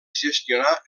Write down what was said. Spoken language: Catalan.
gestionar